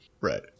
Right